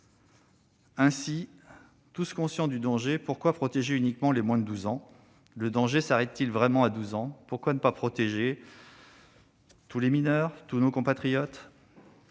sommes tous conscients du danger, pourquoi protéger uniquement les moins de 12 ans ? Le danger s'arrête-t-il vraiment quand on atteint 12 ans ? Pourquoi ne pas protéger tous les mineurs et, au-delà, tous nos compatriotes ?